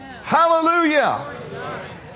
Hallelujah